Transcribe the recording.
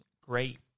Great